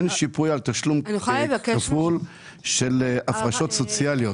אין שיפוי על תשלום כפול של הפרשות סוציאליות.